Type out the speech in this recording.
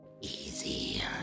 easy